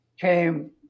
came